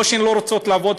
לא שהן לא רוצות לעבוד,